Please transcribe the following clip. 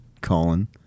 Colin